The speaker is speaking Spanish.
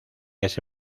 ese